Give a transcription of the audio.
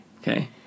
Okay